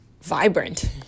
vibrant